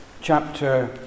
chapter